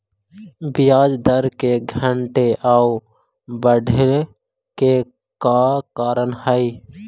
ब्याज दर के घटे आउ बढ़े के का कारण हई?